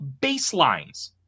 baselines